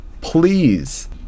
Please